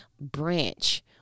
branch